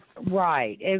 Right